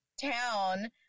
town